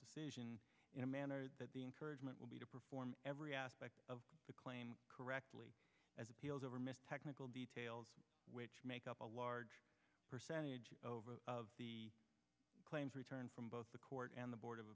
decision in a manner that the encouragement will be to perform every aspect of the claim correctly as appeals over missed technical details which make up a large percentage of the claims returned from both the court and the board of